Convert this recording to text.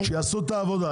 שיעשו את העבודה,